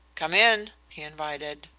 come in, he invited.